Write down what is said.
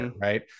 right